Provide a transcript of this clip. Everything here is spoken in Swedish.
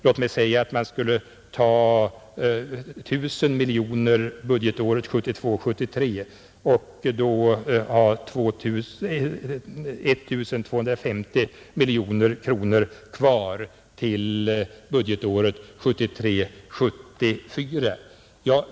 Låt mig säga att man skulle ta 1 000 miljoner budgetåret 1972 74.